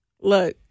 Look